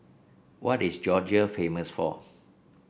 what is Georgia famous for